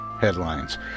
headlines